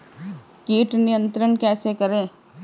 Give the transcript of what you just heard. कीट नियंत्रण कैसे करें?